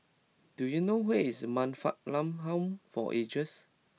do you know where is Man Fatt Lam Home for Ageds